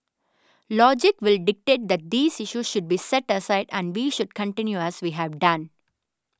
logic will dictate that these issues should be set aside and we should continue as we have done